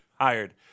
Hired